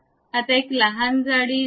आता एक लहान जाडी देऊ